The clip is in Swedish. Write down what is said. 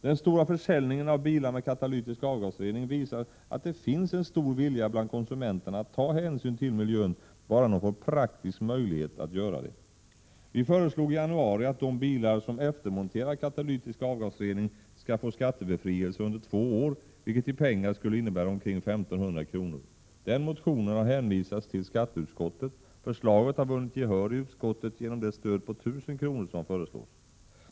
Den stora försäljningen av bilar med katalytisk avgasrening visar att det finns en stor vilja bland konsumenterna att ta hänsyn till miljön, om de bara får praktisk möjlighet att göra det. Vi kristdemokrater föreslog i januari att de bilar som eftermonterade katalytisk avgasrening skulle få skattebefrielse under två år, vilket i pengar skulle innebära omkring 1 500 kr. Den motionen har hänvisats till skatteutskottet. Förslaget har vunnit gehör i utskottet genom det stöd på 1 000 kr. som föreslås.